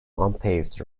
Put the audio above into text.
unpaved